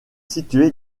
situé